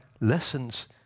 lessons